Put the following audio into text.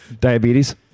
Diabetes